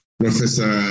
professor